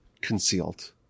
concealed